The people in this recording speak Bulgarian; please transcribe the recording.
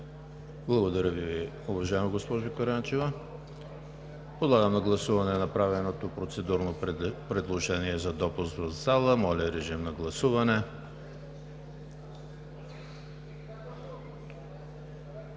Благодаря Ви, уважаема госпожо Караянчева. Подлагам на гласуване направеното процедурно предложение за допуск в залата. Гласували